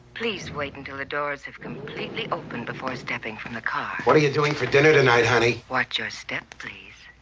please wait until the doors have completely opened before stepping from the car. what are you doing for dinner tonight, honey? watch your step, please.